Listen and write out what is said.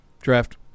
Draft